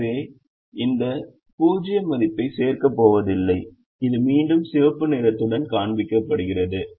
எனவே இந்த 0 மதிப்பைச் சேர்க்கப் போவதில்லை அது மீண்டும் சிவப்பு நிறத்துடன் காண்பிக்கப்படுகிறது